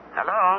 Hello